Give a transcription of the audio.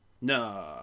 no